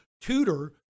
tutor